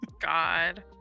God